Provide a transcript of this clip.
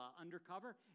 undercover